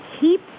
keep